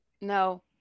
No